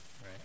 Right